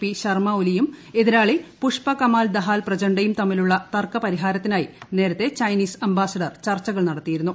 P Sharma ഒലിയും എതിരാളി പുഷ്പ കമാൽ ദഹാൽ പ്രചണ്ഡയും തമ്മിലുള്ള തർക്കപരിഹാരത്തിനായി നേരത്തെ ചൈനീസ് അംബാസഡർ ചർച്ചകൾ നടത്തിയിരുന്നു